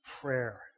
prayer